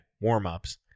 warm-ups